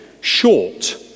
short